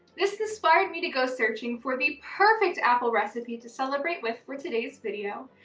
this inspired me to go searching for the perfect apple recipe to celebrate with for today's video,